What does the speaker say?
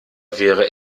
wäre